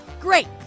Great